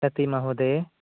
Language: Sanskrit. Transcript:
कति महोदय